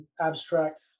abstract